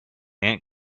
ant